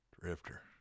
drifter